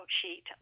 sheet